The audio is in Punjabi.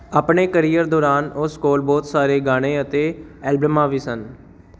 ਆਪਣੇ ਕੈਰੀਅਰ ਦੌਰਾਨ ਉਸ ਕੋਲ ਬਹੁਤ ਸਾਰੇ ਗਾਣੇ ਅਤੇ ਐਲਬਮਾਂ ਵੀ ਸਨ